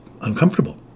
uncomfortable